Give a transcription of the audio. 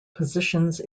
positions